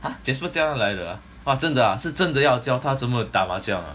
!huh! jasper 叫他来的 ah !wah! 真的 ah 是真的要教他怎么打麻将 ah